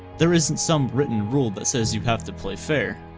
there isn't some written rule that says you have to play fair.